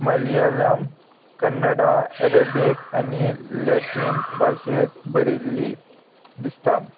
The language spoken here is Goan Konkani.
मलयालम कन्नडा अरेबीक आनी लॅटीन भाशेंत बरयल्ली दिसता